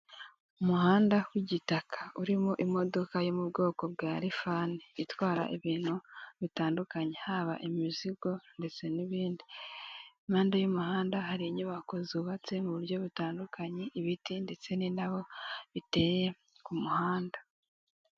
Umuhanda w'igitaka. Urimo imodoka yo mu bwoko bwa rifani. Itwara ibintu bitandukanye. Haba imizigo ndetse n'ibindi. Impande y'umuhanda hari inyubako zubatse mu buryo butandukanye, ibiti ndetse n'indabo, biteye ku muhanda.